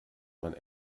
man